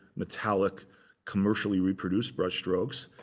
metallic commercially reproduced brushstrokes.